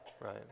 Right